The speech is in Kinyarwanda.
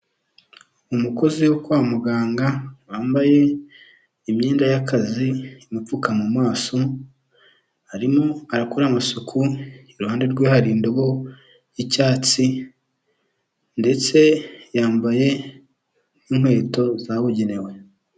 Umukozi wo kwa muganga wambaye imyenda y'akazi ipfuka mu maso arimo arakora amasuku, iruhande rwe hari indobo y'icyatsi ndetse yambaye inkweto zabugenewe.